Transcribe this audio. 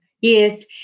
Yes